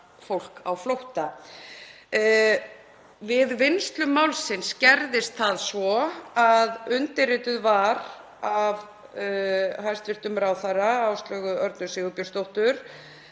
fólk á flótta. Við vinnslu málsins gerðist það svo að undirrituð var af hæstv. ráðherra, Áslaugu Örnu Sigurbjörnsdóttur,